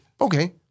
Okay